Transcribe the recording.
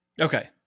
Okay